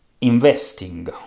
investing